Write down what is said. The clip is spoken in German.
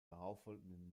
darauffolgenden